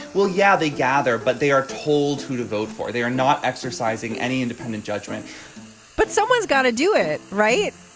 well yeah. they gather but they are told who to vote for they are not exercising any independent judgment but someone's gotta do it right